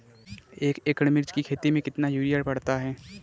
एक एकड़ मिर्च की खेती में कितना यूरिया पड़ता है?